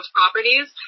properties